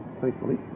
thankfully